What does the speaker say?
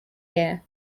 year